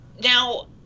Now